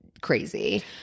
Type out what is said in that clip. crazy